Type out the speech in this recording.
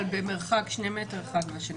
אבל במרחק שני מטר אחד מהשני.